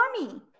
mommy